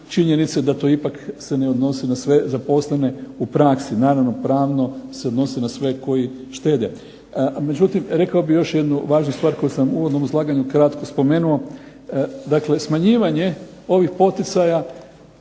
činjenica da to ipak se ne odnosi na sve zaposlene u praksi. Naravno, pravno se odnosi na sve koji štede. Međutim, rekao bih još jednu važnu stvar koju sam u uvodnom izlaganju kratko spomenuo. Dakle, smanjivanje ovih poticaja